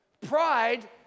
Pride